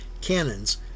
cannons